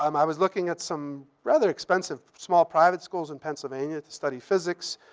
um i was looking at some rather expensive, small private schools in pennsylvania to study physics.